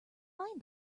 find